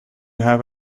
have